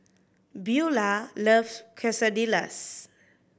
Beaulah loves Quesadillas